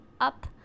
up